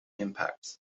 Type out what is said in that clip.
impacts